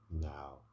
Now